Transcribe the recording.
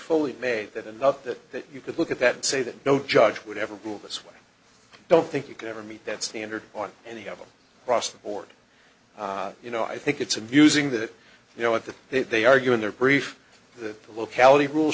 fully made that enough that that you could look at that and say that no judge would have a rule this way i don't think you can ever meet that standard on and you have a cross the board you know i think it's amusing that you know what the they argue in their brief that the locality rule